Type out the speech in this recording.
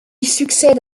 succède